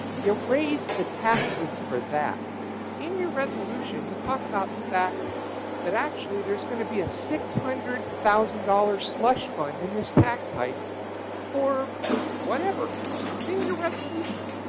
raise the taxes for that in your resolution, you talk about the fact that actually there's gonna be a six hundred thousand dollars slush fund in this tax hike for whatever it's in your resolution,